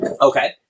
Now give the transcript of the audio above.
Okay